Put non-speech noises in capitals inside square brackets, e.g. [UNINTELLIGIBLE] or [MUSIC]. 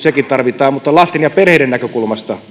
[UNINTELLIGIBLE] ja perhevapaauudistuskin tarvitaan mutta lasten ja perheiden näkökulmasta